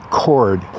cord